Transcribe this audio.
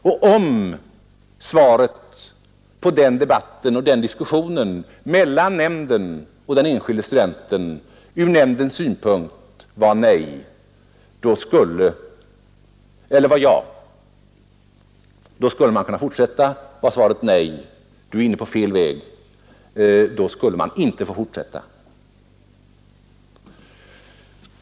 — Och om svaret på frågan efter den debatten och den diskussionen mellan nämnden och den enskilde studenten ur nämndens synpunkt var ja, skulle studenten kunna fortsätta. Var svaret: Nej, du är inne på fel väg, skulle studenten inte få fortsätta.